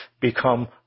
become